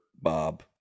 Bob